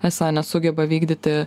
esą nesugeba vykdyti